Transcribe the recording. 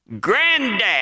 Granddad